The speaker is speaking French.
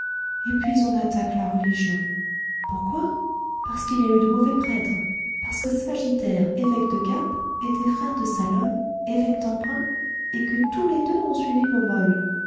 et puis on attaque la religion pourquoi parce qu'il y a eu de mauvais prêtres parce que sagittaire évêque de gap était frère de salone évêque d'embrun et que tous les deux ont suivi